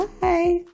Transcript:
Bye